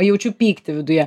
jaučiu pyktį viduje